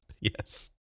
yes